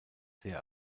sehr